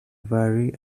vary